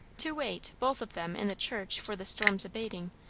to wait, both of them, in the church, for the storm's abating,